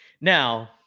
Now